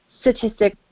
statistic